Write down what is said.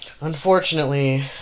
Unfortunately